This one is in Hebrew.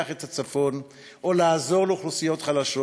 את הצפון או לעזור לאוכלוסיות חלשות,